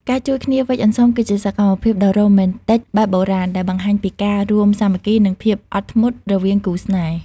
ការជួយគ្នាវេច "នំអន្សម" គឺជាសកម្មភាពដ៏រ៉ូមែនទិកបែបបុរាណ ដែលបង្ហាញពីការរួមសាមគ្គី និងភាពអត់ធ្មត់រវាងគូស្នេហ៍។